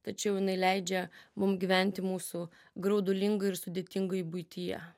tačiau jinai leidžia mum gyventi mūsų graudulingoj ir sudėtingoj buityje